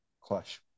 clash